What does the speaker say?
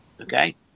Okay